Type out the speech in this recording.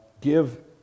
give